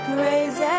Praise